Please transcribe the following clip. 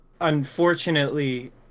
unfortunately